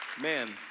Man